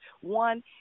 one